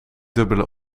dubbele